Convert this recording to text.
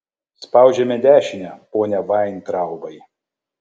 spaudžiame dešinę pone vaintraubai